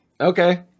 Okay